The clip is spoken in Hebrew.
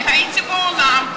אני הייתי באולם.